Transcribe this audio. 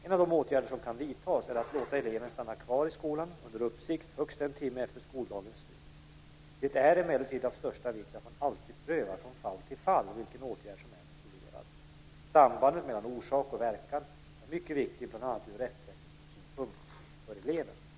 En av de åtgärder som kan vidtas är att låta eleven stanna kvar i skolan under uppsikt högst en timme efter skoldagens slut. Det är emellertid av största vikt att man alltid prövar från fall till fall vilken åtgärd som är motiverad. Sambandet mellan orsak och verkan är mycket viktigt bl.a. ur rättssäkerhetssynpunkt för eleven.